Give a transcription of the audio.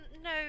No